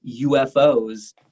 UFOs